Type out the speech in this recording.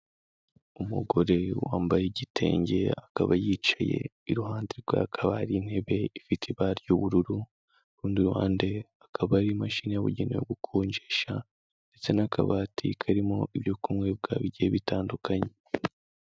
Umugore wambaye igitenge, akaba yicaye, iruhande rwe hakaba hari intebe ifite ibara ry'ubururu, ku rundi ruhande hakaba hari imashini yabugenewe gukonjesha ndetse n'akabati karimo ibyo kunywa bikaba bigiye bitandukanye.